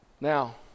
Now